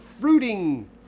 fruiting